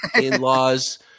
in-laws